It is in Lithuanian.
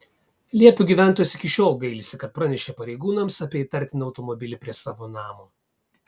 liepių gyventojas iki šiol gailisi kad pranešė pareigūnams apie įtartiną automobilį prie savo namo